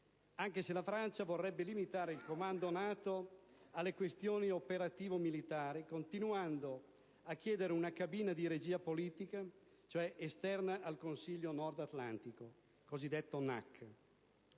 anche se la Francia vorrebbe limitare il comando NATO alle questioni operativo-militari, continuando a chiedere una cabina di regia politica, cioè esterna al Consiglio Nord Atlantico, cosiddetto NAC.